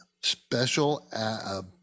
special